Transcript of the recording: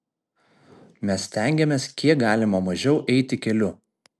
mes stengiamės kiek galima mažiau eiti keliu